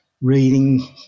reading